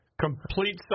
Complete